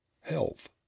health